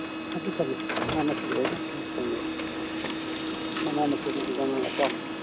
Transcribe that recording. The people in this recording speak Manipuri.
ꯐꯪꯉꯤ ꯐꯪꯉꯤ ꯃꯅꯥ ꯃꯁꯤꯡ ꯂꯣꯏꯅ ꯁꯨꯅ ꯃꯅꯥ ꯃꯁꯤꯡ ꯑꯗꯨꯝ